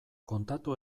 kontatu